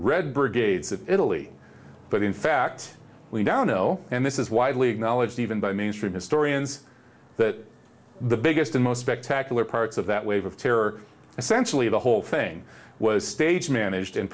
red brigades of italy but in fact we now know and this is widely acknowledged even by mainstream historians that the biggest and most spectacular parts of that wave of terror essentially the whole thing was stage managed and